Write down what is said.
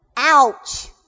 ouch